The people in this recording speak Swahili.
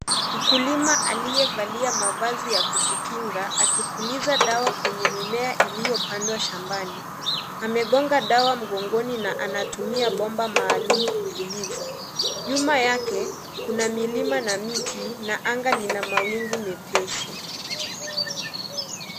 Mkulima aliyevalia mavazi ya kujikinga akipuliza dawa kwenye mimea iliyopandwa shambani, amegonga dawa mgongoni na anatumia bomba maalumu kupuliza, nyuma yake kuna milima na miti na anga ina mawingu mepesi.